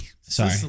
Sorry